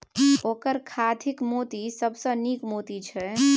ओकर खाधिक मोती सबसँ नीक मोती छै